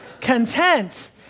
content